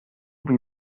wie